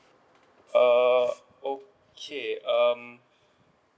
uh okay um